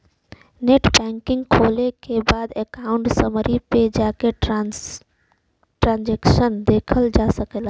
net banking खोले के बाद अकाउंट समरी पे जाके ट्रांसैक्शन देखल जा सकला